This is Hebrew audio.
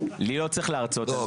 לי לא צריך להרצות על זה.